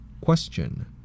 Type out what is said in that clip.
Question